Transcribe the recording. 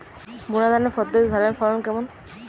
বুনাধানের পদ্ধতিতে ধানের ফলন কেমন?